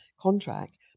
contract